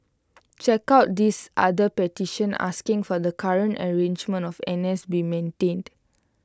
check out this other petition asking for the current arrangement of N S be maintained